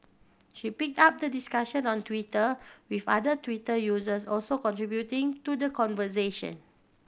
she picked up the discussion on Twitter with other Twitter users also contributing to the conversation